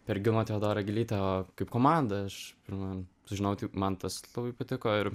per gilmą teodorą gilytę o kaip komanda aš ir man sužinojau tai man tas labai patiko ir